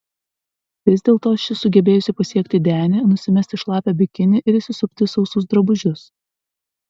vis dėlto ši sugebėjusi pasiekti denį nusimesti šlapią bikinį ir įsisupti į sausus drabužius